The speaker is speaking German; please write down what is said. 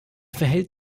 verhält